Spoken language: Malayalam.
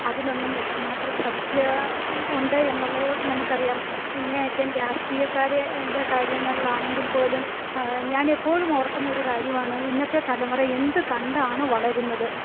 അതിലൊന്നും എത്രമാത്രം സത്യമുണ്ടെന്നുള്ളത് നമുക്കറിയാം ഇങ്ങേയറ്റം രാഷ്ട്രീയക്കാരുടെ കാര്യങ്ങളിലാണെങ്കിൽപ്പോലും ഞാനെപ്പോഴും ഓർക്കുന്ന ഒരു കാര്യമാണ് ഇന്നത്തെ തലമുറ എന്ത് കണ്ടാണ് വളരുന്നത്